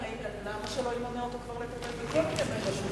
למה שלא ימנה אותו כבר לטפל בכל ענייני רשות השידור?